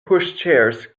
pushchairs